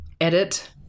edit